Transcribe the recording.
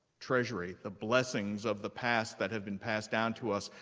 treasury, the blessings of the past that have been passed down to us,